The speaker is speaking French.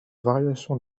variation